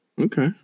Okay